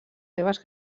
seves